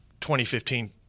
2015